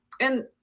And-